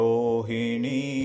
Rohini